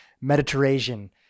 Mediterranean